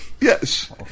Yes